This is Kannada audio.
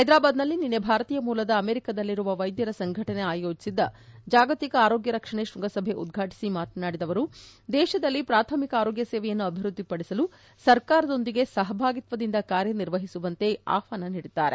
ಹೈದ್ರಾಬಾದ್ನಲ್ಲಿ ನಿನ್ನೆ ಭಾರತೀಯ ಮೂಲದ ಅಮೆರಿಕದಲ್ಲಿರುವ ವೈದ್ಯರ ಸಂಘಟನೆ ಆಯೋಜಿಸಿದ್ದ ಜಾಗತಿಕ ಆರೋಗ್ಯ ರಕ್ಷಣೆ ಶೃಂಗಸಭೆಯನ್ನು ಉದ್ಘಾಟಿಸಿ ಮಾತನಾಡಿದ ಅವರು ದೇಶದಲ್ಲಿ ಪ್ರಾಥಮಿಕ ಆರೋಗ್ಯ ಸೇವೆಯನ್ನು ಅಭಿವೃದ್ದಿ ಪಡಿಸಲು ಸರ್ಕಾರದೊಂದಿಗೆ ಸಹಭಾಗಿತ್ವದಿಂದ ಕಾರ್ಯನಿರ್ವಹಿಸುವಂತೆ ಆಹ್ವಾನ ನೀಡಿದ್ದಾರೆ